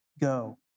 Go